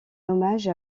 hommage